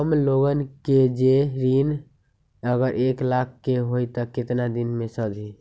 हमन लोगन के जे ऋन अगर एक लाख के होई त केतना दिन मे सधी?